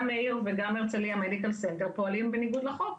גם מאיר וגם הרצליה מדיקל סנטר פועלים בניגוד לחוק,